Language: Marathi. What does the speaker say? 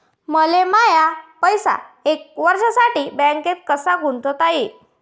मले माये पैसे एक वर्षासाठी बँकेत कसे गुंतवता येईन?